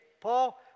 Paul